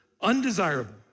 undesirable